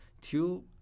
two